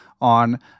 on